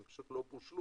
הם פשוט לא מוצו